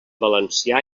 valencià